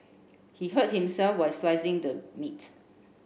he hurt himself while slicing the meat